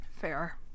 Fair